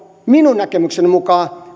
minun näkemykseni mukaan